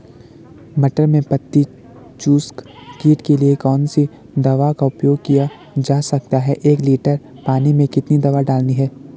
मटर में पत्ती चूसक कीट के लिए कौन सी दवा का उपयोग किया जा सकता है एक लीटर पानी में कितनी दवा डालनी है?